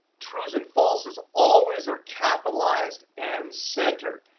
trues and falses always are capitalized and centered.